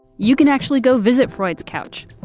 you can actually go visit freud's couch.